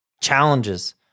challenges